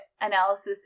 analysis